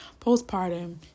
postpartum